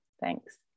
thanks